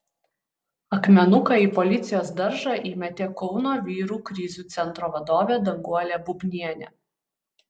akmenuką į policijos daržą įmetė kauno vyrų krizių centro vadovė danguolė bubnienė